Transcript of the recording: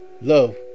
Love